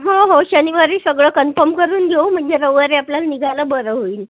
हो हो शनिवारी सगळं कन्फम करून घेऊ म्हणजे रविवारी आपल्याला निघायला बरं होईल